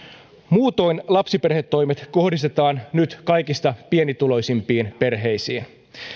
muutoin lapsiperhetoimet kohdistetaan nyt kaikista pienituloisimpiin perheisiin